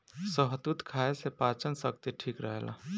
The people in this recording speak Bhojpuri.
शहतूत खाए से पाचन शक्ति ठीक रहेला